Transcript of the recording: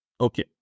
Okay